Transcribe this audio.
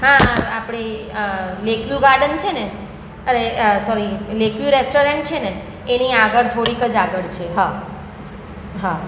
હા આપણી આ લેકવ્યૂ ગાર્ડન છે ને અરે સોરી લેકવ્યૂ રેસ્ટોરન્ટ છે ને એની આગળ થોડીક જ આગળ છે હા હા